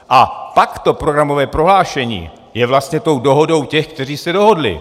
A pak to programové prohlášení je vlastně dohodou těch, kteří se dohodli.